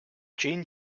gene